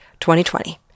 2020